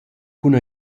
cun